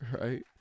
right